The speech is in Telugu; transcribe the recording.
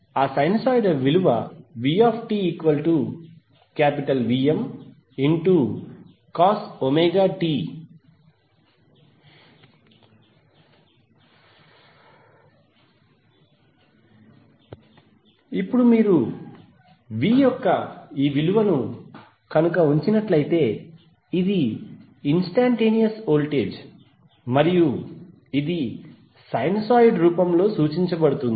ఆ సైనూసోయిడ్ విలువ vtVmcost ఇప్పుడు మీరు v యొక్క ఈ విలువను ఉంచినట్లయితే ఇది ఇన్స్టంటేనియస్ వోల్టేజ్ మరియు ఇది సైనూసోయిడ్ రూపంలో సూచించబడుతుంది